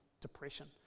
depression